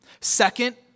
Second